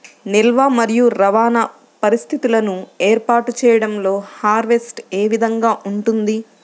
నిల్వ మరియు రవాణా పరిస్థితులను ఏర్పాటు చేయడంలో హార్వెస్ట్ ఏ విధముగా ఉంటుంది?